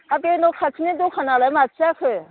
हा बे न' खाथिनि दखानालाय माथो जाखो